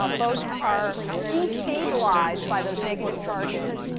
um both are destabilized by those negative charges,